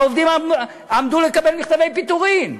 העובדים עמדו לקבל מכתבי פיטורין.